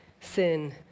sin